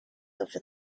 over